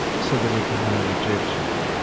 so there would be no rejection.